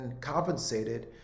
compensated